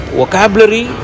vocabulary